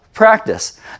practice